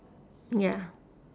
ya